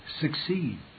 succeed